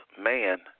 man